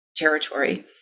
Territory